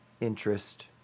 interest